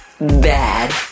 Bad